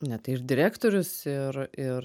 ne tai ir direktorius ir ir